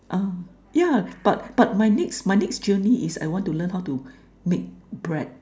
ah yeah but but my next my next journey is I want to learn how to make bread